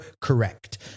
correct